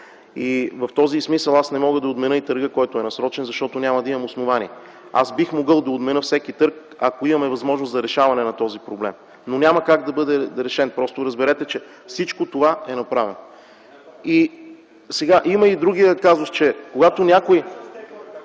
В този смисъл аз не мога да отменя и търга, който е насрочен, защото няма да имам основание. Бих могъл да отменя всеки търг, ако имаме възможност за решаване на този проблем, но няма как да бъде решен. Разберете, че всичко това е направено. ХАСАН АДЕМОВ (ДПС, от място):